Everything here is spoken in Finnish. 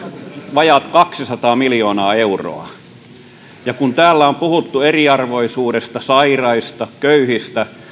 vajaat kaksisataa miljoonaa euroa kun täällä on puhuttu eriarvoisuudesta sairaista köyhistä